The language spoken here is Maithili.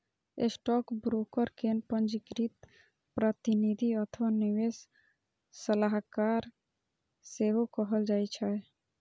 स्टॉकब्रोकर कें पंजीकृत प्रतिनिधि अथवा निवेश सलाहकार सेहो कहल जाइ छै